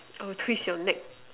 I'll twist your neck